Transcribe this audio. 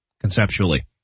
conceptually